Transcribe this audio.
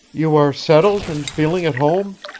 you are settled and feeling at home?